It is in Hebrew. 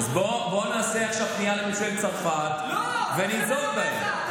בוא נעשה עכשיו פנייה לממשלת צרפת וננזוף בהם.